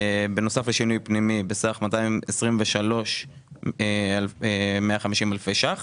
בנוסף לשינוי פנימי בסך 223,150 אלפי ש"ח